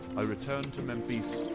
i return to memphis